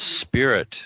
spirit